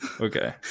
Okay